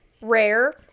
rare